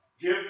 Give